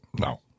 No